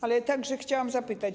Ale także chciałam zapytać.